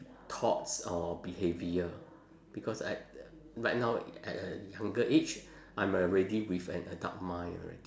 thoughts or behaviour because I right now at a younger age I'm already with an adult mind already